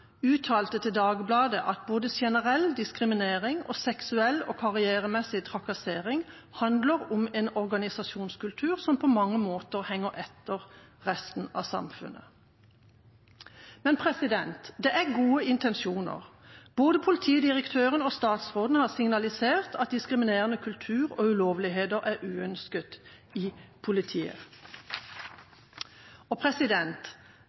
uttalte til Dagbladet at både generell diskriminering og seksuell og karrieremessig trakassering handler om en organisasjonskultur som på mange måter henger etter resten av samfunnet. Men det er gode intensjoner. Både politidirektøren og statsråden har signalisert at diskriminerende kultur og ulovligheter er uønsket i politiet. Men det er ikke bare uakseptabelt, det er ulovlig, og